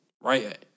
Right